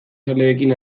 zaleekin